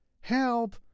Help